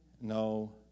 no